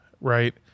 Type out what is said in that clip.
Right